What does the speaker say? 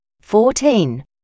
fourteen